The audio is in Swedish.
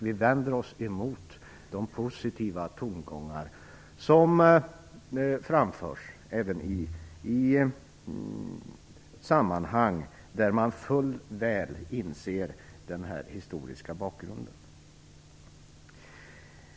Vi vänder oss emot de positiva tongångar som framförs, även i sammanhang där man väl inser den här historiska bakgrunden.